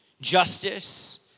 justice